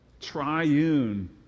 triune